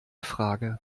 frage